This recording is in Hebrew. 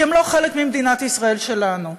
כי הם לא חלק ממדינת ישראל שלנו.